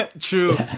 true